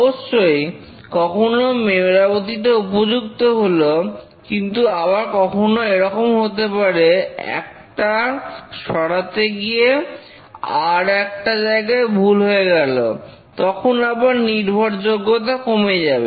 অবশ্যই কখনো মেরামতিটা উপযুক্ত হল কিন্তু আবার কখনও এরকমও হতে পারে একটা সরাতে গিয়ে আর একটা জায়গায় ভুল হয়ে গেল তখন আবার নির্ভরযোগ্যতা কমে যাবে